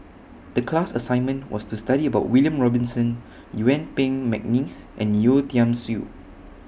The class assignment was to study about William Robinson Yuen Peng Mcneice and Yeo Tiam Siew